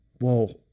whoa